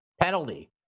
Penalty